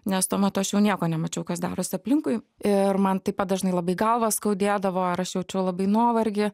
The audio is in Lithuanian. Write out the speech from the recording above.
nes tuo metu aš jau nieko nemačiau kas darosi aplinkui ir man taip pat dažnai labai galvą skaudėdavo ir aš jaučiau labai nuovargį